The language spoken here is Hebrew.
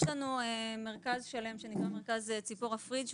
יש לנו מרכז שלם שנקרא ׳מרכז ציפור הפריג׳׳,